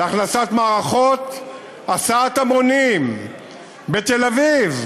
הכנסת מערכות הסעת המונים בתל-אביב.